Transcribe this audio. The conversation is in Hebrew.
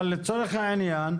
אבל לצורך העניין,